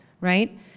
right